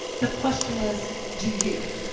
the question is, do you?